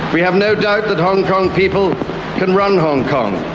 we have no doubt that hong kong people can run hong kong